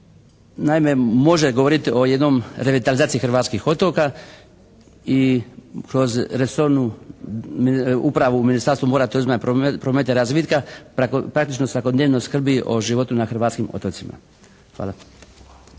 naime može govoriti o jednom revitalizaciji hrvatskih otoka i kroz resornu upravu u Ministarstvu mora, turizma, prometa i razvitka praktično … /Ne razumije se./ … skrbi o životu na hrvatskim otocima. Hvala.